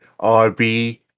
RB